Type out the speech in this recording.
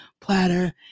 platter